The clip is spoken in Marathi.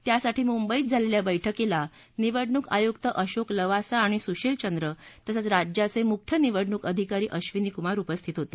त्यासाठी मुंबईत झालेल्या बैठकीला निवडणूक आयुक्त अशोक लवासा आणि सुशील चंद्र तसंच राज्याचे मुख्य निवडणूक अधिकारी अधिनी कुमार उपस्थित होते